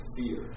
fear